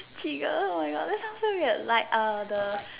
Chigga oh my God that sounds so weird like err the